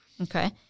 Okay